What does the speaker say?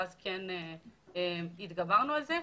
ואז כן התגברנו על זה.